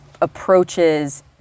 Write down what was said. approaches